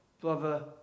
brother